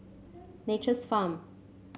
Nature's Farm